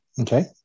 Okay